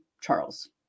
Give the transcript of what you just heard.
Charles